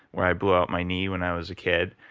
where i blew up my knee when i was a kid.